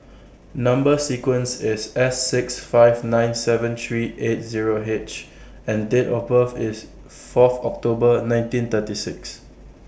Number sequence IS S six five nine seven three eight Zero H and Date of birth IS Fourth October nineteen thirty six